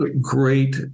great